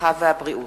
הרווחה והבריאות.